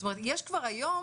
זאת אומרת יש כבר היום,